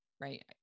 right